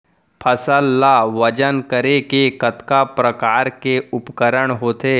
फसल ला वजन करे के कतका प्रकार के उपकरण होथे?